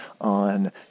on